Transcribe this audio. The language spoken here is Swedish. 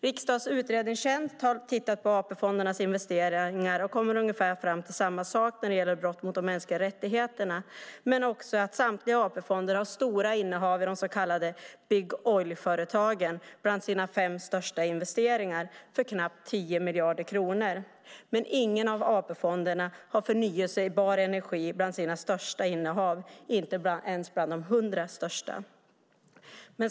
Riksdagens utredningstjänst har tittat på AP-fondernas investeringar och kommer fram till ungefär samma sak när det gäller brott mot de mänskliga rättigheterna men också att samtliga AP-fonder har stora innehav i de så kallade Big Oil-företagen bland sina fem största investeringar för knappt 10 miljarder kronor. Men ingen av AP-fonderna har förnybar energi bland sina största innehav, inte ens bland de hundra största.